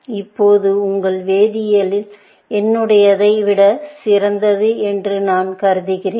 இப்போது உங்கள் வேதியியல் என்னுடையதை விட சிறந்தது என்று நான் கருதுகிறேன்